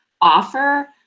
offer